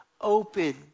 Open